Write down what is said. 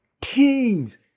teams